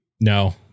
No